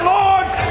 lords